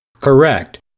Correct